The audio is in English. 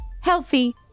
healthy